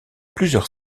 plusieurs